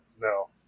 no